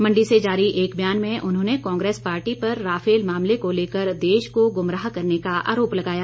मंडी से जारी एक ब्यान में उन्होंने कांग्रेस पार्टी पर राफेल मामले को लेकर देश को गुमराह करने का आरोप लगाया